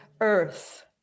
earth